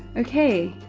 okay.